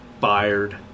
fired